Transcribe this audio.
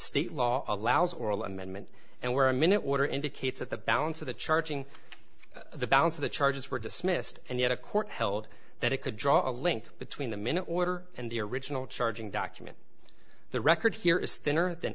state law allows oral amendment and where a minute order indicates that the balance of the charging the balance of the charges were dismissed and yet a court held that it could draw a link between the minute order and the original charging document the record here is thinner than